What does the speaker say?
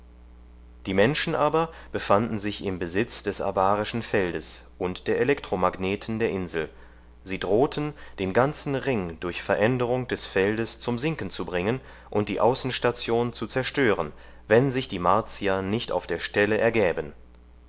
die menschen aber befanden sich im besitz des abarischen feldes und der elektromagneten der insel sie drohten den ganzen ring durch veränderung des feldes zum sinken zu bringen und die außenstation zu zerstören wenn sich die martier nicht auf der stelle ergäben